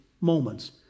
moments